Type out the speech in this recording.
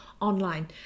online